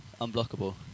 unblockable